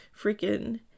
freaking